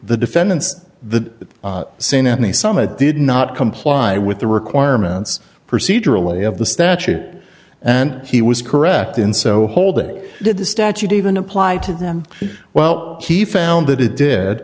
the defendants the scene in the summit did not comply with the requirements procedurally of the statute and he was correct in so hold it did the statute even apply to them well he found that it did